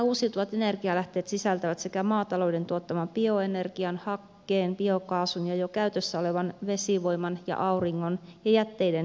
nämä uusiutuvat energialähteet sisältävät maatalouden tuottaman bioenergian hakkeen biokaasun ja jo käytössä olevan vesivoiman ja auringon ja jätteiden hyötykäytön